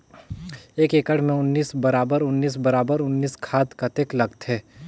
एक एकड़ मे उन्नीस बराबर उन्नीस बराबर उन्नीस खाद कतेक लगथे?